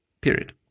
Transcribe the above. Period